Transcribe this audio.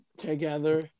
together